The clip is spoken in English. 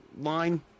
line